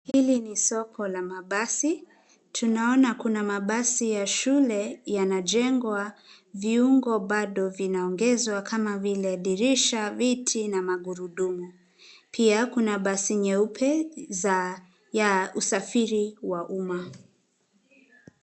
Hili ni soko la mabasi. Tunaona kuna mabasi ya shule yanajengwa. Viungo bado vinaongezwa kama vile dirisha, viti na magurudumu. Pia kuna basi nyeupe ya usafiri wa umma.